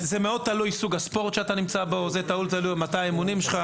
בסוג הספורט, מתי האימונים,